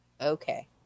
okay